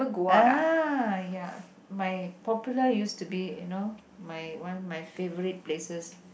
ah ya my popular used to be you know my one of my favourite places